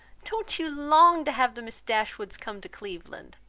don't you long to have the miss dashwoods come to cleveland?